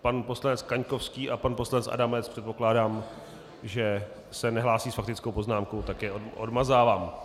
Pan poslanec Kaňkovský a pan poslanec Adamec, předpokládám, že se nehlásí s faktickou poznámkou, tak je odmazávám.